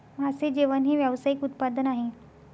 मासे जेवण हे व्यावसायिक उत्पादन आहे